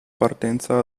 partenza